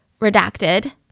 redacted